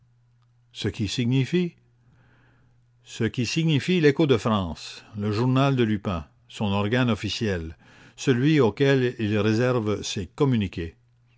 ce qui signifie ce qui signifie l écho de france le journal de lupin son organe officiel celui auquel il réserve ses communiqués